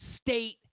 state